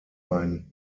ein